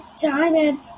diamond